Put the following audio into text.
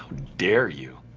dare you!